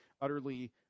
utterly